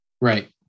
Right